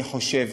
אני חושב